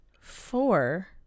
four